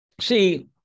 see